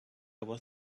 was